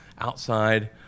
outside